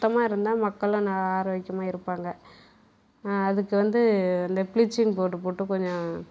சுத்தமாயிருந்தா மக்களும் நல்ல ஆரோக்கியமாக இருப்பாங்க அதுக்கு வந்து இந்த பிளீச்சிங் பவுட்ரு போட்டு கொஞ்சம்